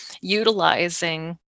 utilizing